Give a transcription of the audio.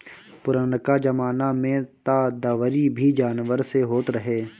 पुरनका जमाना में तअ दवरी भी जानवर से होत रहे